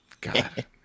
God